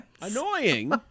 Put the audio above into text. Annoying